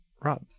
Rob